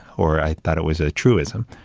or i thought it was a truism,